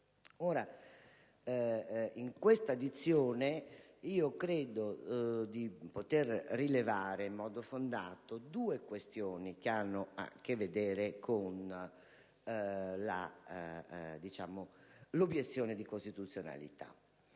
In questa dizione credo di poter rilevare in modo fondato due questioni che hanno a che vedere con l'obiezione di costituzionalità.